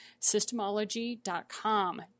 systemology.com